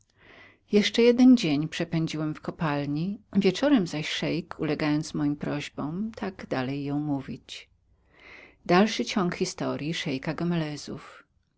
jeszcze jeden dzień przepędziłem w kopalni wieczorem zaś szeik ulegając moim prośbom tak dalej jął mówić